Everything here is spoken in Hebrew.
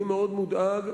אני מאוד מודאג,